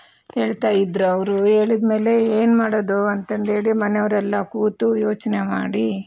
ಕೇಳ್ತಾಯಿದ್ರು ಅವರು ಹೇಳಿದ್ಮೇಲೆ ಏನು ಮಾಡೋದು ಅಂತ ಅಂದೇಳಿ ಮನೆಯವರೆಲ್ಲ ಕೂತು ಯೋಚನೆ ಮಾಡಿ